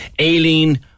Aileen